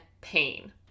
pain